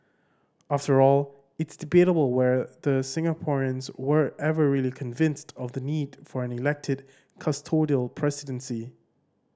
after all it's debatable whether Singaporeans were ever really convinced of the need for an elected custodial presidency